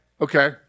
Okay